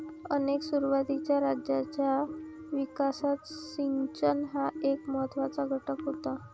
अनेक सुरुवातीच्या राज्यांच्या विकासात सिंचन हा एक महत्त्वाचा घटक होता